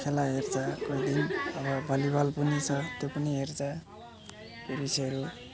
खेला हेर्छ गोली र भली बल पनि छ त्यो पनि हेर्छ टुरिस्टहरू